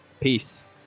peace